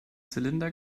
zylinder